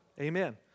Amen